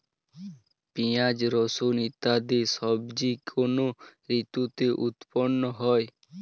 পিঁয়াজ রসুন ইত্যাদি সবজি কোন ঋতুতে উৎপন্ন হয়?